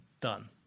done